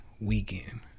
weekend